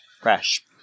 Crash